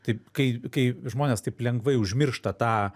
taip kai kai žmonės taip lengvai užmiršta tą